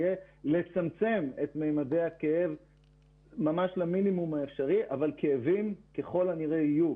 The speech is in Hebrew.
יהיה לצמצם את ממדי הכאב ממש למינימום האפשרי אבל כאבים ככל הנראה יהיו